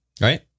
right